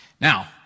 Now